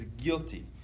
guilty